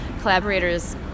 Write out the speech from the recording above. collaborators